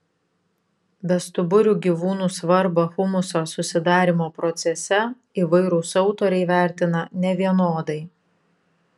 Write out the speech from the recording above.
bestuburių gyvūnų svarbą humuso susidarymo procese įvairūs autoriai vertina nevienodai